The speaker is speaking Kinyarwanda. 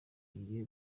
kigiye